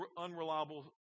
unreliable